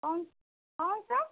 कौन कौन सा